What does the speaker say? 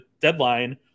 Deadline